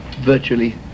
virtually